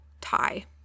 tie